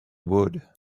would